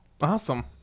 awesome